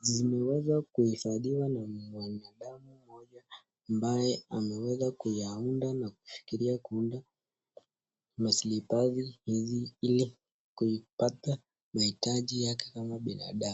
zimeweza kuhifadhiwa na mwanadamu mmoja ambaye ameweza kuyaunda na kufikiria kuunda maslipasi hizi ili kuipata mahitaji yake kama binadamu.